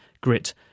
grit